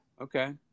Okay